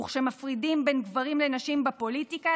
וכשמפרידים בין גברים לנשים בפוליטיקה,